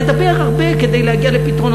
נדבר הרבה כדי להגיע לפתרונות.